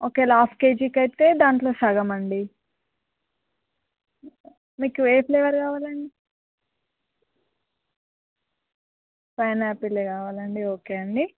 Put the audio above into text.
ఒకవేళ హాఫ్ కేజీకయితే దాంట్లో సగమండి మీకు ఏ ఫ్లేవర్ కావాలండి పైనాపిలే కావాలండి ఓకే అండి